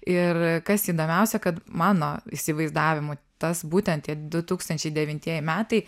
ir kas įdomiausia kad mano įsivaizdavimu tas būten tie du tūkstančiai devintieji metai